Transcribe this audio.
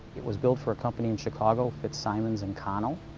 it was built for a company in chicago, fitzsimon and connell.